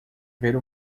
ver